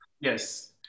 Yes